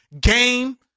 Game